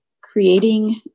creating